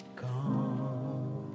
gone